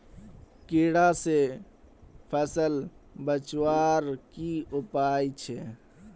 कीड़ा से फसल बचवार की उपाय छे?